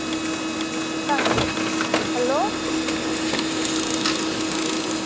पैसे हैलो